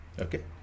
Okay